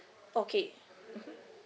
okay mmhmm